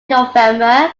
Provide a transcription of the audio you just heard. november